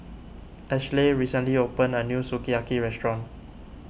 Ashleigh recently opened a new Sukiyaki restaurant